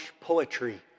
poetry